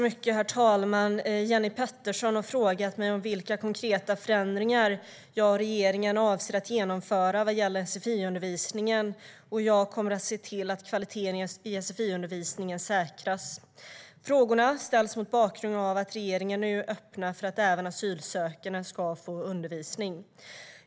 Herr talman! Jenny Petersson har frågat mig vilka konkreta förändringar jag och regeringen avser att genomföra vad gäller sfi-undervisningen och hur jag kommer att se till att kvaliteten i sfi-undervisningen säkras. Frågorna ställs mot bakgrund av att regeringen nu öppnar för att även asylsökande ska få undervisning.